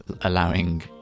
allowing